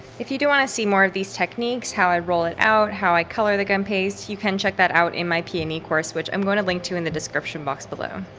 if you do want to see more of these techniques, how i roll it out, how i color the gum paste, you can check that out in my p and l course, which i'm going to link to in the description box below.